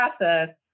process